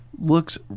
Looks